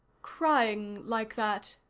crying like that,